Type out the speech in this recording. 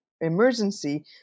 emergency